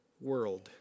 world